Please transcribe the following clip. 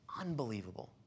Unbelievable